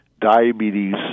diabetes